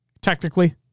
Technically